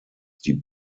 die